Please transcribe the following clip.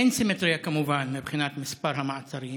אין סימטריה כמובן מבחינת מספר המעצרים